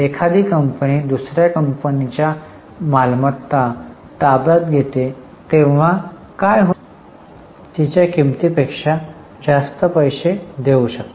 एखादी कंपनी दुसऱ्या कंपनीच्या मालमत्ता ताब्यात घेते तेव्हा काय होते तिच्या किमती पेक्षा जास्त पैसे देऊ शकते